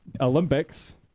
Olympics